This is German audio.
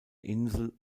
insel